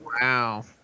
Wow